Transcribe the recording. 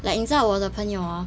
like 你知道我的朋友哦